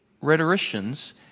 rhetoricians